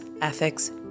ethics